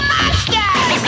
Monsters